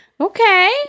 Okay